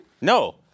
No